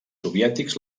soviètics